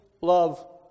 love